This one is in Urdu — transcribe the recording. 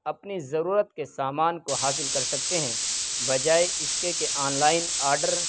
اپنی ضرورت کے سامان کو حاصل کر سکتے ہیں بجائے اس کے کہ آن لائن آرڈر